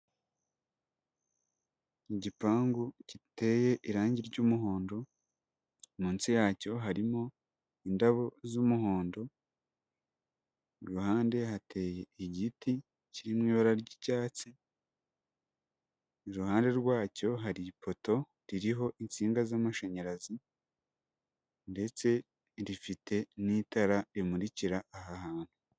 Igipangu giteye irangi ry'umuhondo, munsi yacyo harimo indabo z'umuhondo, ku ruhande hateye igiti kiri mu ibara ry'icyatsi, iruhande rwacyo hari ipoto ririho insinga z'amashanyarazi ndetse rifite n'itara rimurikira aha hantu.